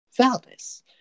Valdis